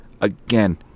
Again